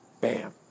bam